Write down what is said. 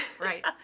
Right